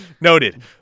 noted